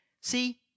see